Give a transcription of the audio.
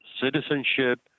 citizenship